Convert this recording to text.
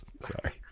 Sorry